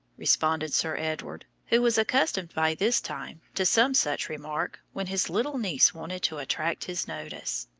responded sir edward, who was accustomed by this time to some such remark when his little niece wanted to attract his notice.